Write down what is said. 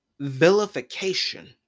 vilification